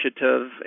initiative